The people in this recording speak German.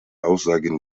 aussage